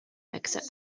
except